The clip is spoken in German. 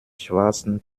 schwarzen